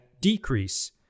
decrease